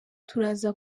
turaza